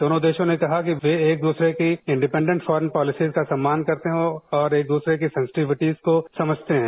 दोनों देशों ने कहा कि वे एक दूसरे के इंडीपेंडेंट फॉर्म पॉलिसी का सम्मान करते हैं और एक दूसरे की सनसिटिविटीज को समझते हैं